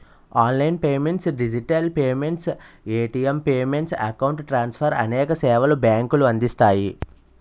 online payments digital payments, ATM payments, account transfer అనేక సేవలు బ్యాంకులు అందిస్తాయి